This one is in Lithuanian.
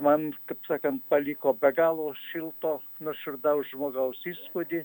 man kaip sakant paliko be galo šilto nuoširdaus žmogaus įspūdį